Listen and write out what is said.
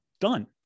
Done